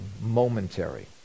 momentary